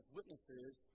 witnesses